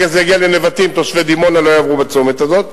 ברגע שזה יגיע לנבטים תושבי דימונה לא יעברו בצומת הזה.